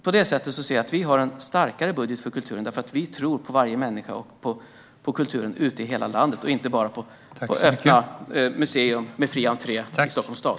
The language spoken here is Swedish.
På det sättet har vi en starkare budget för kulturen, för vi tror på varje människa och på kulturen i hela landet, inte bara på fri entré till museer i Stockholms stad.